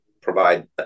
provide